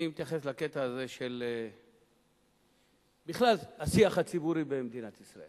אני מתייחס לקטע הזה של בכלל השיח הציבורי במדינת ישראל